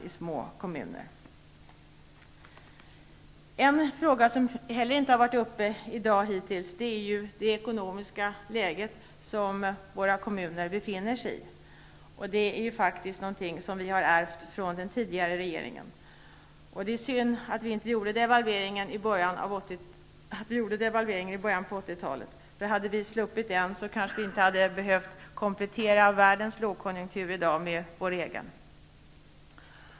Det gäller En fråga som hittills inte har tagits upp i dag är det ekonomiska läge som våra kommuner befinner sig i. Det är faktiskt något som vi har ärvt från den tidigare regeringen. Det är synd att devalveringen i början av 80-talet gjordes. Om vi hade sluppit den, kanske vi inte hade behövt komplettera världens lågkonjunktur i dag med vår egen.